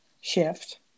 shift